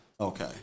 okay